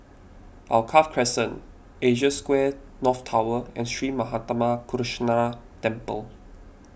Alkaff Crescent Asia Square North Tower and Sri Manmatha Karuneshvarar Temple